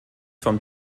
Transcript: vom